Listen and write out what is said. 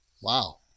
Wow